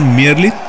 merely